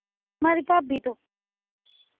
ਮੇਰੀ ਭਾਬੀ ਤੋਂ